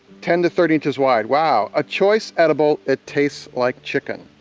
ten to thirty inches wide, wow. a choice edible, it tastes like chicken.